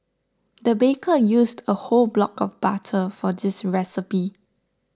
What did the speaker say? the baker used a whole block of butter for this recipe